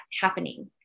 happening